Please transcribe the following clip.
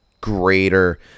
greater